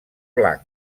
blanc